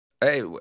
Hey